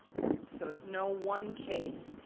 okay? so, it's no one case,